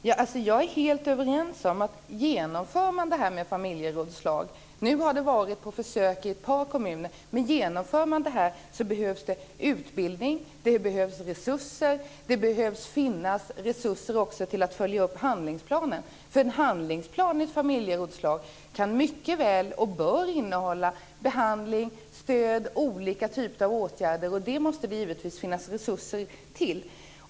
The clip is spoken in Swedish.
Fru talman! Jag instämmer helt i att om man genomför familjerådslag - nu har det gjorts på försök i ett par kommuner - behövs det utbildning och resurser också till att följa upp handlingsplaner. En handlingsplan i ett familjerådslag kan och bör innehålla behandling, stöd och andra åtgärder, och till det måste det givetvis finnas resurser.